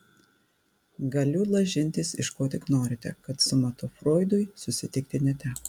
galiu lažintis iš ko tik norite kad su matu froidui susitikti neteko